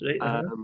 right